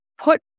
put